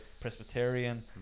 Presbyterian